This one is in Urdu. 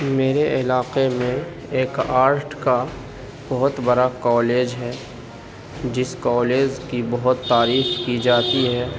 میرے علاقے میں ایک آرٹ کا بہت بڑا کالج ہے جس کالج کی بہت تعریف کی جاتی ہے